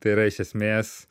tai yra iš esmės